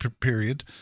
period